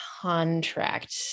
contract